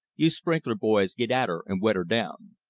you sprinkler boys get at her and wet her down.